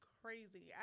crazy